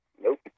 nope